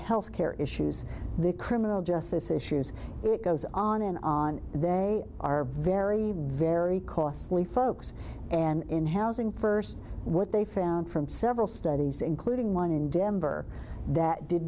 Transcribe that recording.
health care issues the criminal justice issues it goes on and on they are very very costly folks and in housing first what they found from several studies including one in december that did